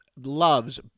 loves